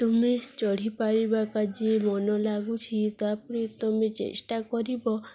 ତୁମେ ଚଢ଼ିପାରିବା କ ଯିଏ ମନ ଲାଗୁଛି ତାପରେ ତମେ ଚେଷ୍ଟା କରିବ